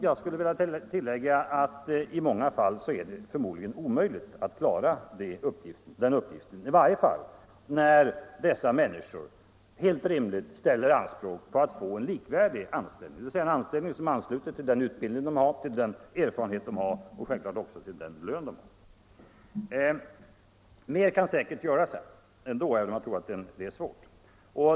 Jag skulle vilja tillägga att det i många fall förmodligen är omöjligt att klara den uppgiften, i varje fall när dessa människor helt rimligt ställer anspråk på att få en likvärdig anställning, dvs. en anställning som ansluter sig till den utbildning, erfarenhet och självfallet också till den lön de har. Mer kan säkert göras ändå, även om jag tror att det är svårt.